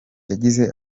yagize